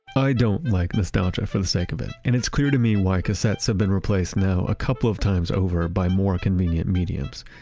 i don't like nostalgia for the sake of it, and it's clear to me why cassettes have been replaced now a couple of times over by more convenient mediums.